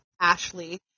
Ashley